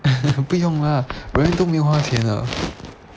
不用啦 roanne 都没有花钱的